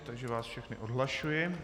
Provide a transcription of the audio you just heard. Takže vás všechny odhlašuji.